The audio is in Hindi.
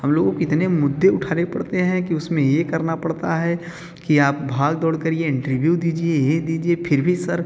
हम लोगों को कितने मुद्दे उठाने पड़ते हैं कि उसमें ये करना पड़ता है कि आप भाग दौड़ करिए इंटरव्यू दीजिए ये दीजिए फिर भी सर